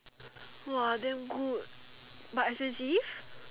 !wah! damn good but expensive